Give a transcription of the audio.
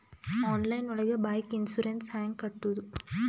Online ಒಳಗೆ bike insurance ಹ್ಯಾಂಗ್ ಕಟ್ಟುದು?